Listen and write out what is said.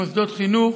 מוסדות חינוך,